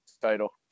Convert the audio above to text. title